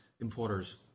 importers